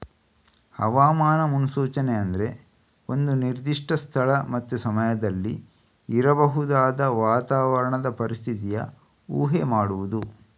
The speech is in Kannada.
ಹವಾಮಾನ ಮುನ್ಸೂಚನೆ ಅಂದ್ರೆ ಒಂದು ನಿರ್ದಿಷ್ಟ ಸ್ಥಳ ಮತ್ತೆ ಸಮಯದಲ್ಲಿ ಇರಬಹುದಾದ ವಾತಾವರಣದ ಪರಿಸ್ಥಿತಿಯ ಊಹೆ ಮಾಡುದು